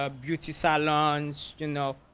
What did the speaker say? ah beauty salons you know,